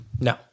No